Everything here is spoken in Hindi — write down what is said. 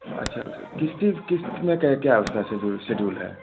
अच्छा अच्छा किश्त किश्त में तो क्या उसका शेजुल शेड्यूल है